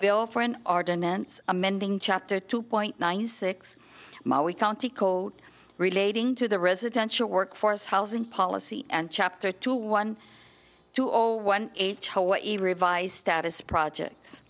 bill for an ordinance amending chapter two point nine six ma we county code relating to the residential workforce housing policy and chapter two one two or one revised status project